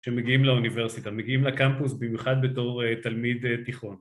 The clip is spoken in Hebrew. שמגיעים לאוניברסיטה, מגיעים לקמפוס, במיוחד בתור אה.. תלמיד אה.. תיכון.